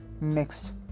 next